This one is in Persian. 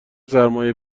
سرمای